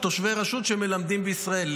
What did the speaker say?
תושבי רשות שמלמדים בישראל,